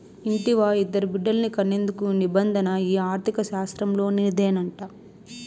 ఇంటివా, ఇద్దరు బిడ్డల్ని కనేందుకు నిబంధన ఈ ఆర్థిక శాస్త్రంలోనిదేనంట